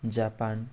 Japan